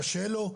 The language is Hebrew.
קשה לו,